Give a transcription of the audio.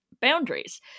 boundaries